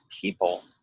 people